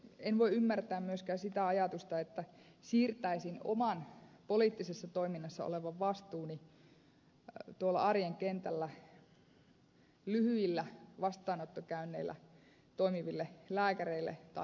en voi ymmärtää myöskään sitä ajatusta että siirtäisin oman poliittisessa toiminnassa olevan vastuuni tuolla arjen kentällä lyhyillä vastaanottokäynneillä toimiville lääkäreille tai hoitohenkilöstölle